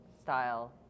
style